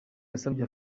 yasabye